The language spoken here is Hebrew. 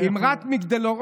רק מגדלור,